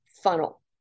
Funnel